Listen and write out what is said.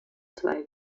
zwei